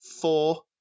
four